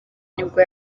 nibwo